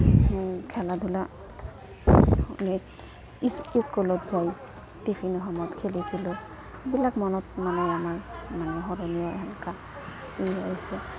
এই খেলা ধূলা এই স্কুলত যায় টিফিনি সময়ত খেলিছিলোঁ এইবিলাক মনত মানে আমাৰ মানে স্মৰণীয় সেনেকা হৈছে